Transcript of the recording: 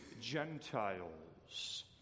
Gentiles